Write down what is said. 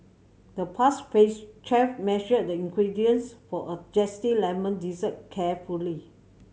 the pastry chef measured the ingredients for a zesty lemon dessert carefully